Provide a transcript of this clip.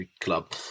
club